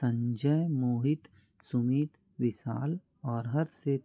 संजय मोहित सुमित विशाल और हर्षित